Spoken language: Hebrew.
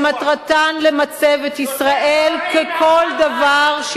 שמטרתם למצב את ישראל ככל דבר,